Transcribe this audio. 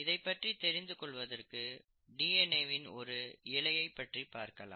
இதைப் பற்றி தெரிந்து கொள்வதற்கு டிஎன்ஏ வின் ஒரு இழையைப் பார்க்கலாம்